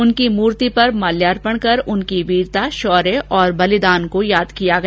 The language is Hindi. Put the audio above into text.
उनकी मूर्ति पर माल्यार्पण कर उनकी वीरता शौर्य और बलिदान को याद किया गया